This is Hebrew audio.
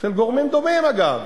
של גורמים טובים, אגב.